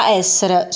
essere